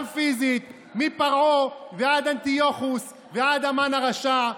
גם פיזית, מפרעה ועד אנטיוכוס ועד המן הרשע.